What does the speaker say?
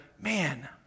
man